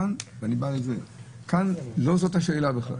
כאן זאת לא השאלה.